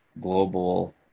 global